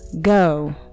go